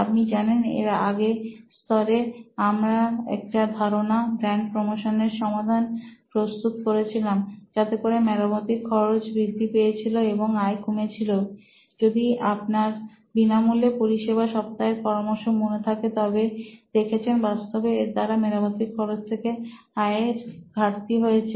আপনি জানেন এর আগে স্তরে আমরা একটি ধারণা ব্র্যান্ড প্রমোশনের সমাধান প্রস্তুত করেছিলাম যাতে করে মেরামতের খরচ বৃদ্ধি পেয়েছিল এবং আয় কমে ছিল যদি আপনার বিনামূল্যে পরিষেবার সপ্তাহের পরামর্শ মনে থাকে তবে দেখেছেন বাস্তবে এর দ্বারা মেরামতের খরচের থেকে আয়ের ঘাটতি হয়েছে